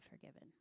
forgiven